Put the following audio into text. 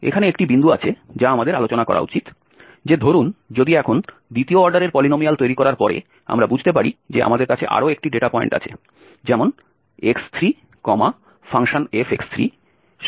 এখানে একটি বিন্দু আছে যা আমাদের আলোচনা করা উচিত যে ধরুন যদি এখন দ্বিতীয় অর্ডারের পলিনোমিয়াল তৈরি করার পরে আমরা বুঝতে পারি যে আমাদের কাছে আরও একটি ডেটা পয়েন্ট আছে যেমন x3fx3310